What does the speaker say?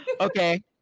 Okay